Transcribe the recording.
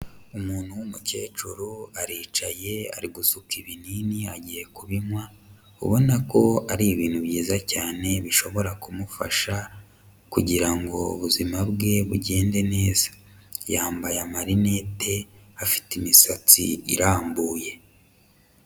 Umuntu w'umukecuru aricaye arigusuka ibinini agiye kubinywa ubona ko ari ibintu byiza cyane bishobora kumufasha kugira ngo ubuzima bwe bugende neza. Yambaye amarinete afite imisatsi irambuye.